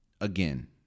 again